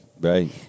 Right